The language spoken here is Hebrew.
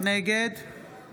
נגד